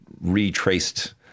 retraced